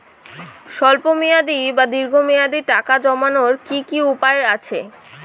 স্বল্প মেয়াদি বা দীর্ঘ মেয়াদি টাকা জমানোর কি কি উপায় আছে?